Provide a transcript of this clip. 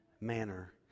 manner